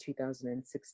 2016